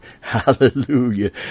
Hallelujah